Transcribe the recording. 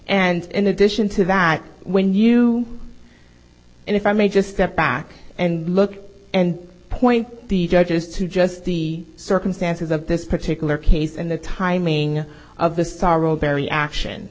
and in addition to that when you and if i may just step back and look and point the judges to just the circumstances of this particular case and the timing of this are all very action